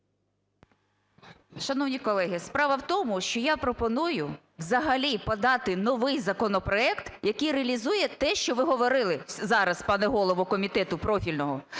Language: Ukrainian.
Шановні колеги, справа в тому, що я пропоную взагалі подати новий законопроект, який реалізує те, що ви говорили зараз, пане голово комітету профільного.